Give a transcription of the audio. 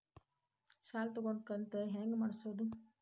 ಸಾಲ ತಗೊಂಡು ಕಂತ ಹೆಂಗ್ ಮಾಡ್ಸೋದು?